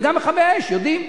וגם מכבי האש יודעים,